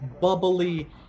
bubbly